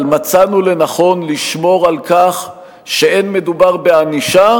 אבל מצאנו לנכון לשמור על כך שאין מדובר בענישה,